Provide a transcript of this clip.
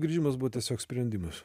grįžimas buvo tiesiog sprendimas